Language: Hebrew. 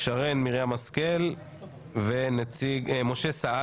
והצעת חוק המאבק בכלי הנשק הבלתי חוקיים (תיקוני חקיקה) (הוראת שעה),